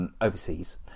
Overseas